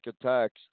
attacks